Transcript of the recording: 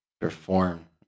perform